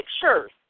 pictures